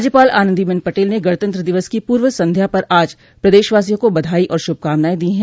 राज्यपाल आनन्दीबेन पटेल ने गणतंत्र दिवस की पूर्व संध्या पर आज प्रदेशवासियों को बधाई और श्रभकामनाये दी है